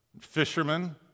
fishermen